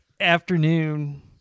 afternoon